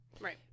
Right